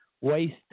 waste